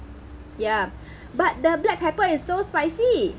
ya but the black pepper is so spicy